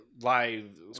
live